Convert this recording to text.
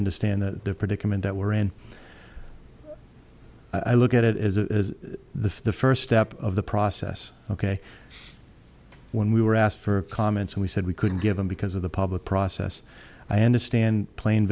understand the predicament that we're in i look at it as a the first step of the process ok when we were asked for comments and we said we couldn't give them because of the public process i understand plain